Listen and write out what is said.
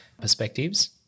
perspectives